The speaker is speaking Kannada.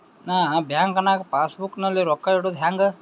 ನಾ ಬ್ಯಾಂಕ್ ನಾಗ ಪಾಸ್ ಬುಕ್ ನಲ್ಲಿ ರೊಕ್ಕ ಇಡುದು ಹ್ಯಾಂಗ್?